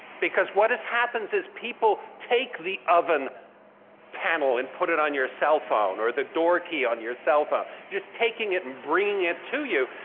because what has happened is people take the oven panel and put it on your cell phone, or the door key onto your cell phone, just taking it and bringing it to you,